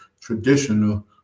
traditional